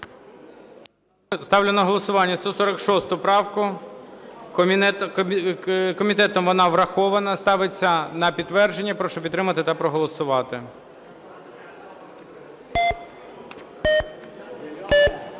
Ставлю на голосування 146 правку. Комітетом вона врахована. Ставиться на підтвердження. Прошу підтримати та проголосувати. 17:57:46